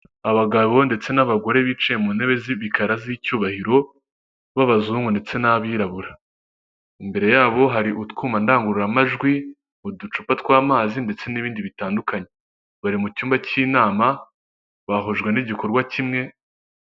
Umuhanda wa kaburimbo urimo imodoka ndetse na moto, ufite ibifate bibiri, ukikijwe n'ibiti n'ibimera n'indabo wegereye amazu.